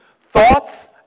Thoughts